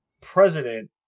president